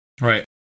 Right